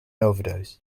overdose